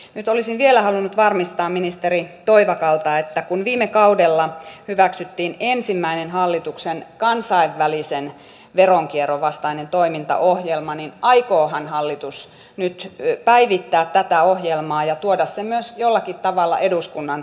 nyt olisin vielä halunnut varmistaa ministeri toivakalta että kun viime kaudella hyväksyttiin ensimmäinen hallituksen kansainvälisen veronkierron vastainen toimintaohjelma niin aikoohan hallitus nyt päivittää tätä ohjelmaa ja tuoda sen myös jollakin tavalla eduskunnan käsiteltäväksi